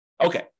Okay